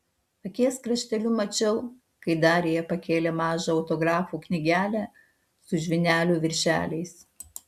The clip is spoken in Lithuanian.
akies krašteliu mačiau kai darija pakėlė mažą autografų knygelę su žvynelių viršeliais